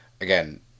Again